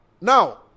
now